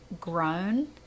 grown